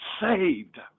saved